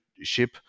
ship